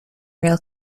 rail